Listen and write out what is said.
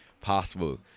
possible